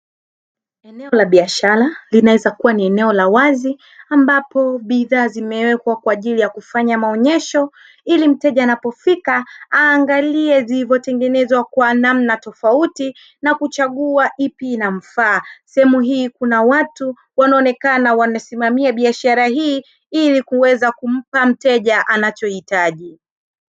Eneo la biashara linaweza kuwa ni eneo la wazi, ambapo bidhaa zimewekwa kwa ajili ya kufanya maonyesho ili mteja anapofika aangalie zilivyotengenezwa kwa namna tofauti na kuchagua ipi inamfaa, sehemu hii kuna watu wanaonekana wamesimamia biashara hii ili kuweza kumpa mteja anachohitaji